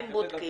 האם בודקים.